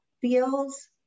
feels